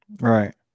right